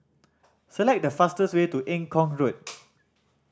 select the fastest way to Eng Kong Road